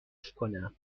کنم